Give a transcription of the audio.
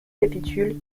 capitule